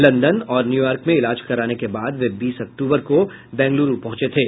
London और New York में इलाज कराने के बाद वे बीस अक्तूबर को बेंगलुरु पहुंचे थे